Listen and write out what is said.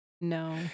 no